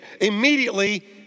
immediately